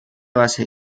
base